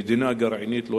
אנחנו עוברים להצבעה.